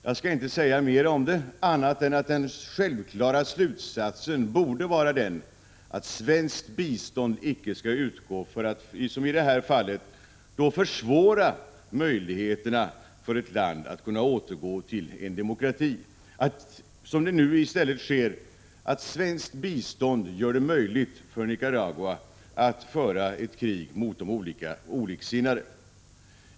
Jag skall inte säga mer än att den självklara slutsatsen borde vara att svenskt bistånd icke skall utgå för att, som i det här fallet, försvåra möjligheterna för ett land att återgå till en demokrati — inte att svenskt bistånd, som nu i stället sker, gör det möjligt för Nicaragua att föra ett krig mot de oliksinnade.